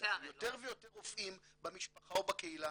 יותר ויותר רופאים במשפחה ובקהילה